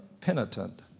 penitent